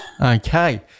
Okay